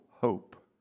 hope